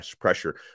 pressure